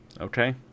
Okay